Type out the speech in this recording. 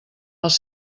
els